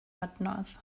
adnodd